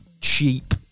cheap